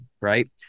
right